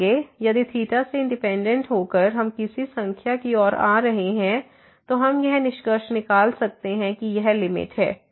इसलिए यदि ϴ से इंडिपेंडेंट होकर हम किसी संख्या की ओर आ रहे हैं तो हम यह निष्कर्ष निकाल सकते हैं कि यह लिमिट है